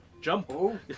jump